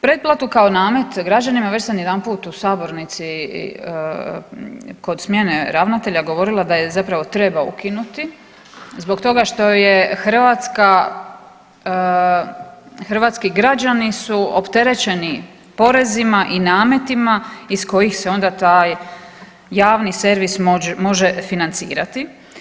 Pretplatu kao namet građanima već sam jedanput u sabornici kod smjene ravnatelja govorila da je zapravo treba ukinuti zbog toga što su hrvatski građani opterećeni porezima i nametima iz kojih se onda taj javni servis može financirati.